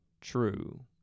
true